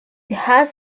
has